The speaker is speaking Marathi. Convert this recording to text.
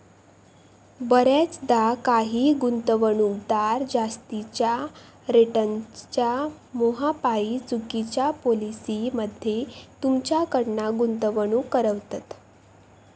बऱ्याचदा काही गुंतवणूकदार जास्तीच्या रिटर्न्सच्या मोहापायी चुकिच्या पॉलिसी मध्ये तुमच्याकडना गुंतवणूक करवतत